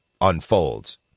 unfolds